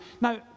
Now